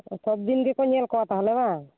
ᱥᱚᱵᱫᱤᱱ ᱜᱮᱠᱚ ᱧᱮᱞ ᱠᱚᱣᱟ ᱛᱟᱦᱚᱞᱮ ᱵᱟᱝ